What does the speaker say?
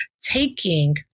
taking